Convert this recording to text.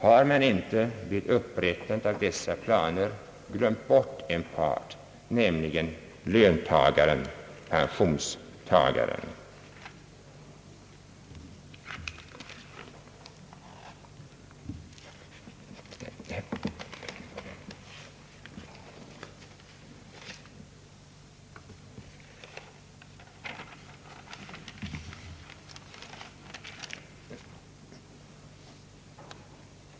Har man inte vid upprättandet av dessa planer glömt bort en part, nämligen löntagaren — pensionstagaren?